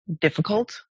difficult